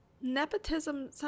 Nepotism